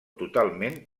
totalment